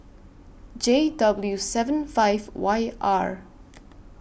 J W seven five Y R